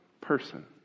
person